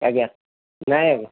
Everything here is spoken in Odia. ଆଜ୍ଞା ନାଇଁ ଆଜ୍ଞା